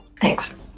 Thanks